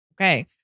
okay